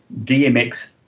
DMX